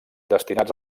destinats